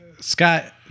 Scott